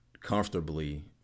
comfortably